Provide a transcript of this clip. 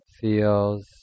feels